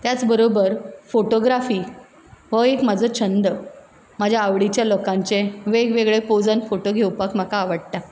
त्याच बरोबर फोटोग्राफी हो एक म्हजो छंद म्हज्या आवडीच्या लोकांचे वेग वेगळे पोजान फोटो घेवपाक म्हाका आवडटा